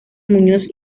muñoz